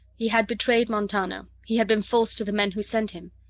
he had betrayed montano, he had been false to the men who sent him.